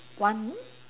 one